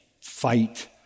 fight